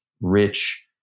rich